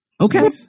Okay